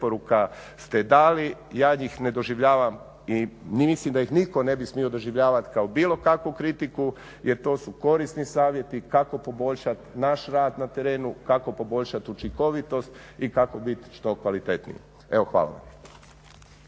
preporuka ste dali. Ja njih ne doživljavam i mislim da ih nitko ne bi smio doživljavati kao bilo kakvu kritiku jer to su korisni savjeti kako poboljšati naš rad na terenu, kako poboljšati učinkovitost i kako biti što kvalitetniji. Hvala